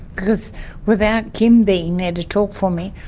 because without kim being there to talk for me,